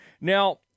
Now